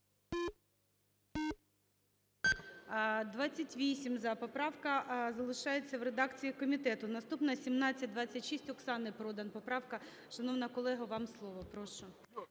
За-28 Поправка залишається в редакції комітету. Наступна – 1726, Оксани Продан поправка. Шановна колего, вам слово. Прошу.